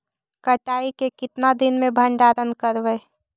कटाई के कितना दिन मे भंडारन करबय?